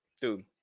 Dude